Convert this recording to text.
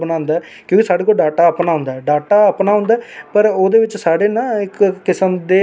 के जे कि में पहला कोशन बिच बी में आनसर दित्ता हा कि साढ़ियां जेहकियां भैना मावां भैनां ना ओह् बड़िया पिच्छे हियां